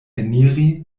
eniri